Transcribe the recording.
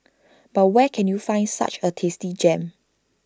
but where can you find such A tasty gem